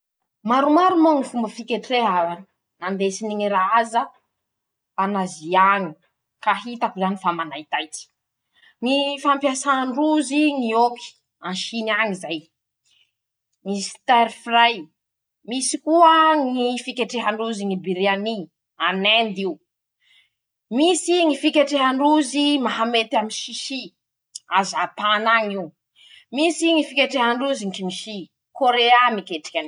Maromaro moa ñy fomba fiketreha a a andesiny ñy raza an'asie añy. ka hitako zany fa manaitaitsy: -ñy fampiasandrozy ñy ôky. a chine añy zay ;ñy starfry ;misy koa ñy fiketrehan-drozy ñy brianie. an'inde io. misy ñy fiketrehandrozy mahametamsisy <ptoa>a japana añy io ;misy ñy fiketrehandrozy kôreany miketriky anio.